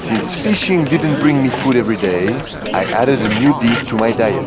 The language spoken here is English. since fishing didn't bring me food every day i added a new dish to my diet